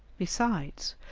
besides,